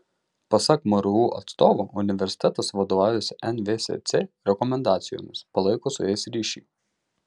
pasak mru atstovo universitetas vadovaujasi nvsc rekomendacijomis palaiko su jais ryšį